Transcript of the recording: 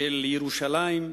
של ירושלים,